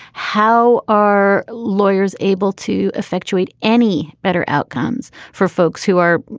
how are lawyers able to effectuate any better outcomes for folks who are?